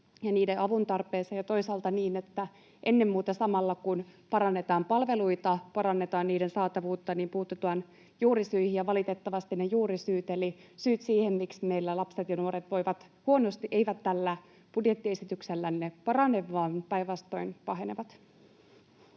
ja niiden avuntarpeeseen, ja toisaalta, että ennen muuta samalla kun parannetaan palveluita, parannetaan niiden saatavuutta, niin puututaan juurisyihin. Valitettavasti ne juurisyyt eli syyt siihen, miksi meillä lapset ja nuoret voivat huonosti, eivät tällä budjettiesityksellänne parane vaan päinvastoin pahenevat.